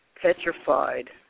petrified